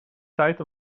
tijd